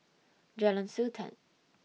Jalan Sultan